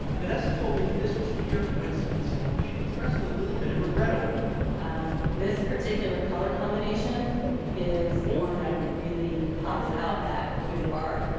vanessa told me that this was pure coincidence and she expressed a little bit of regret over it um this particular color combination is one that really pops out that loader bar